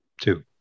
Two